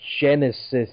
Genesis